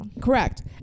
correct